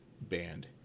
band